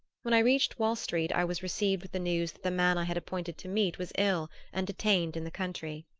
when i reached wall street i was received with the news that the man i had appointed to meet was ill and detained in the country.